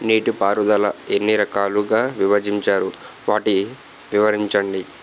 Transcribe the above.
నీటిపారుదల ఎన్ని రకాలుగా విభజించారు? వాటి వివరించండి?